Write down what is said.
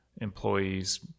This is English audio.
employees